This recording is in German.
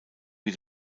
wie